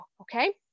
Okay